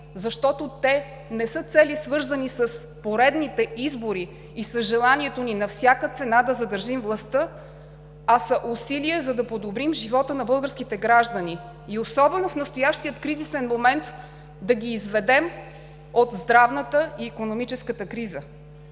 защото те не са цели, свързани с поредните избори и с желанието ни на всяка цена да задържим властта, а са усилия, за да подобрим живота на българските граждани и особено в настоящия кризисен момент да ги изведем от здравната и икономическата криза.